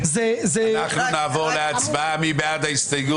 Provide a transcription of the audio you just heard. נצביע על הסתייגות 239. מי בעד?